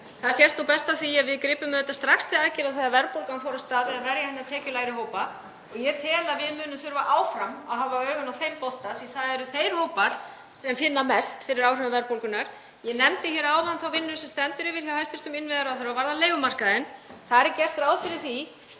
Það sést best á því að við gripum strax til aðgerða þegar verðbólgan fór af stað við að verja hina tekjulægri hópa. Ég tel að við munum áfram þurfa að hafa augun á þeim bolta því að það eru þeir hópar sem finna mest fyrir áhrifum verðbólgunnar. Ég nefndi hér áðan þá vinnu sem stendur yfir hjá hæstv. innviðaráðherra og varðar leigumarkaðinn. Þar er gert ráð fyrir því